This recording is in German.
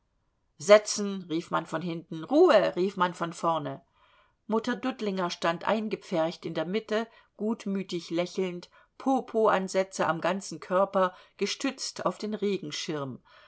setzen rief man von hinten ruhe rief man von vorne mutter dudlinger stand eingepfercht in der mitte gutmütig lächelnd popoansätze am ganzen körper gestützt auf den regenschirm